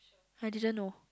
I didn't know